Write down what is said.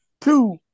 Two